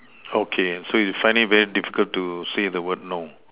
okay so you find it very difficult to say the word no